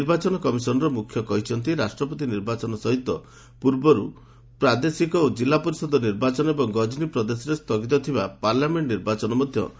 ନିର୍ବାଚନ କମିଶନର ମୁଖ୍ୟ କହିଛନ୍ତି ରାଷ୍ଟ୍ରପତି ନିର୍ବାଚନ ସହିତ ପୂର୍ବରୁ ପ୍ରାଦେଶିକ ଓ କିଲ୍ଲାପରିଷଦ ନିର୍ବାଚନ ଏବଂ ଗଜ୍ନୀ ପ୍ରଦେଶରେ ସ୍ଥଗିତ ଥିବା ପାର୍ଲାମେଣ୍ଟ ନିର୍ବାଚନ ମଧ୍ୟ ଏକାସମୟରେ ଅନୁଷ୍ଠିତ ହେବ